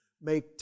Make